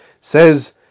Says